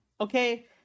okay